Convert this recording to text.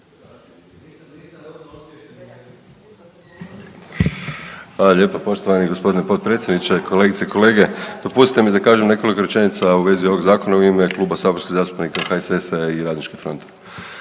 lijepo poštovani g. potpredsjedniče, kolegice i kolege. Dopustite mi da kažem nekoliko rečenica u vezi ovog zakona u ime Kluba saborskih zastupnika HSS-a i RF-a. Kao